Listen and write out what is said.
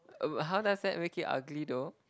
um how does that make it ugly though